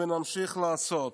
ונמשיך לעשות".